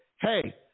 hey